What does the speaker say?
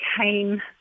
came